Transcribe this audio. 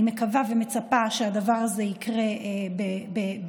אני מקווה ומצפה שהדבר הזה יקרה במהרה,